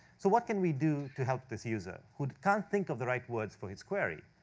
so what can we do to help this user, who can't think of the right words for his query?